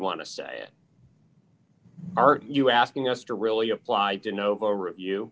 want to say are you asking us to really apply to novo review